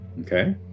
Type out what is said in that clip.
Okay